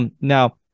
Now